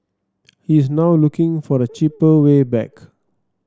he is now looking for a cheaper way back